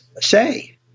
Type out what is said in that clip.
say